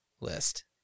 list